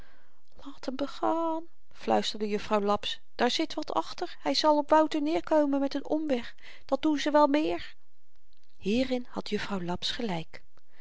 laat m begaan fluisterde juffrouw laps daar zit wat achter hy zal op wouter neerkomen met n omweg dat doen ze wel meer hierin had juffrouw laps gelyk